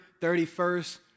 31st